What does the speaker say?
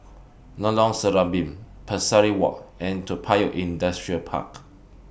Lorong Serambi Pesari Walk and Toa Payoh Industrial Park